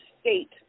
state